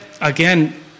again